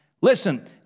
Listen